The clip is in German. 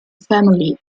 family